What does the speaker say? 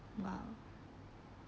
!wow!